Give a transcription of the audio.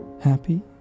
happy